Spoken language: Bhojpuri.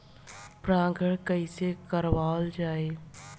परागण कइसे करावल जाई?